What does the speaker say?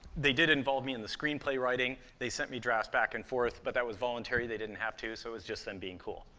they did involve me in the screenplay writing. they sent drafts back and forth, but that was voluntary. they didn't have to, so it was just them being cool.